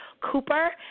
Cooper